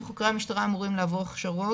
חוקרי המשטרה אמורים לעבור הכשרות,